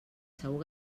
segur